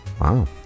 Wow